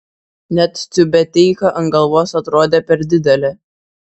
net tiubeteika ant galvos atrodė per didelė